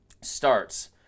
starts